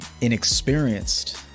inexperienced